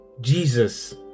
Jesus